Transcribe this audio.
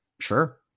Sure